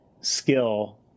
skill